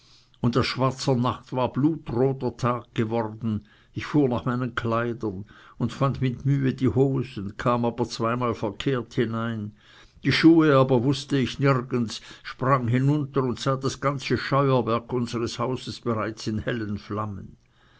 auf aus schwarzer nacht war blutroter tag geworden ich fuhr nach meinen kleidern fand mit mühe die hosen kam aber zweimal verkehrt hinein die schuhe aber wußte ich nirgends sprang hinunter und sah das ganze scheuerwerk unseres hauses bereits in hellen flammen